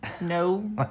No